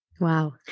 Wow